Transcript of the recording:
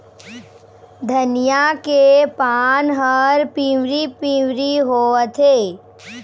धनिया के पान हर पिवरी पीवरी होवथे?